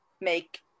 make